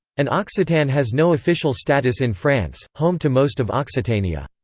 and occitan has no official status in france, home to most of occitania.